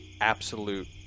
absolute